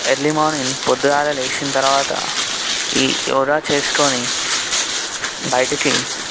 early morning పొద్దుగాల లేచిన తరువాత ఈ యోగా చేసుకొని బయటకి